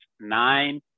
nine